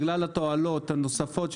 בגלל התועלות הנוספות,